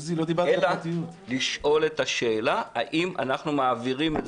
אלא לשאול את השאלה האם אנחנו מעבירים את